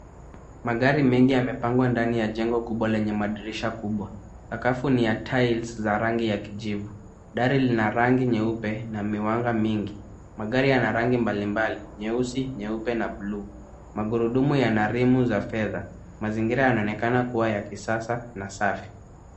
Magari mengi yamepangwa ndani ya jengo kubwa lenye madirisha kubwa. Sakafu ni ya tiles za rangi ya kijifu. Dari lina rangi nyeupe na miwanga mingi. Magari yana rangi mbalimbali, nyeusi, nyeupe na bluu. Magurudumu yana rimu za fedha. Mazingira yanaonekana kuwa ya kisasa na safi.